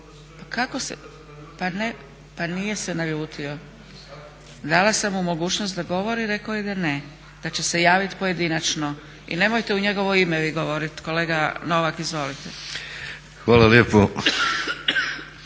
pa nije se naljutio. Dala sam mu mogućnost da govori, rekao je da ne, da će se javiti pojedinačno. I nemojte u njegovo ime vi govoriti. Kolega Novak, izvolite. **Novak, Mladen